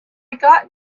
got